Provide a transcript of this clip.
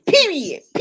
period